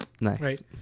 Nice